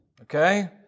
Okay